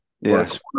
Yes